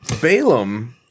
Balaam